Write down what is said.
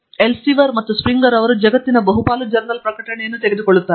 Elsevier ಮತ್ತು Springer ಅವರು ಜಗತ್ತಿನ ಬಹುಪಾಲು ಜರ್ನಲ್ ಪ್ರಕಟಣೆಯನ್ನು ತೆಗೆದುಕೊಳ್ಳುತ್ತಾರೆ